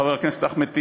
חבר הכנסת אחמד טיבי,